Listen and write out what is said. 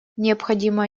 необходимо